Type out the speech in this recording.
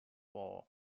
for